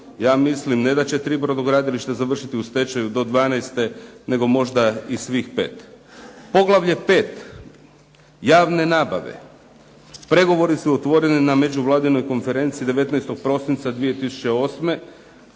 ja mislim ne da će tri brodogradilišta završiti u stečaju do dvanaeste, nego možda i svih pet. Poglavlje 5. – Javne nabave. Pregovori su otvoreni na međuvladinoj konferenciji 19. prosinca 2008.